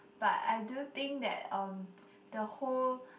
but I do think that um the whole